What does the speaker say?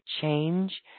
change